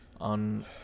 on